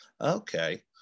Okay